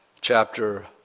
chapter